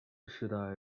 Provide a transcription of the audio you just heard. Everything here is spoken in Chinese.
世代